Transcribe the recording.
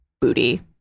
booty